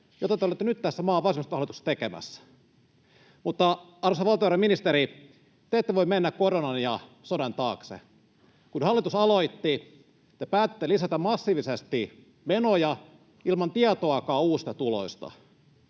jota te olette nyt tässä maan vasemmistohallituksessa tekemässä. Mutta, arvoisa valtiovarainministeri, te ette voi mennä koronan ja sodan taakse. Kun hallitus aloitti, te päätitte lisätä massiivisesti menoja ilman tietoakaan uusista tuloista.